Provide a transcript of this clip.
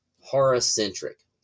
horror-centric